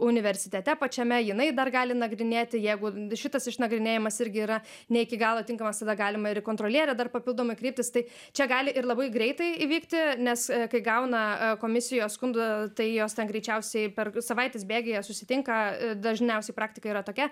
universitete pačiame jinai dar gali nagrinėti jeigu šitas išnagrinėjamas irgi yra ne iki galo tinkamas tada galima ir į kontrolierę dar papildomai kreiptis tai čia gali ir labai greitai įvykti nes kai gauna komisijos skundą tai jos ten greičiausiai per savaitės bėgyje susitinka dažniausiai praktika yra tokia